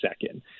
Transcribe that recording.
second